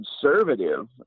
conservative